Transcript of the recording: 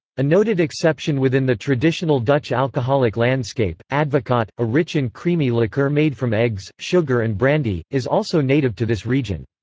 a noted exception within the traditional dutch alcoholic landscape, advocaat, a rich and creamy liqueur made from eggs, sugar and brandy, is also native to this region.